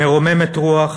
מרוממת רוח,